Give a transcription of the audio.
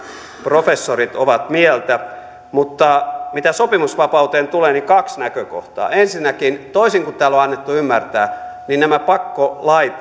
professorit ovat mieltä mutta mitä sopimusvapauteen tulee niin kaksi näkökohtaa ensinnäkin toisin kuin täällä on annettu ymmärtää nämä